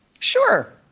sure.